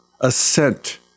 Ascent